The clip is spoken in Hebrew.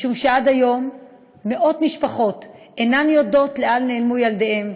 משום שעד היום מאות משפחות אינן יודעות לאן נעלמו ילדיהן,